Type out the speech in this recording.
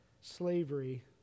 slavery